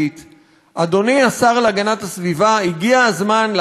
אדני השר להגנת הסביבה, הגיע הזמן לעשות מעשה